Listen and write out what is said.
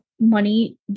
money